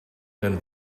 than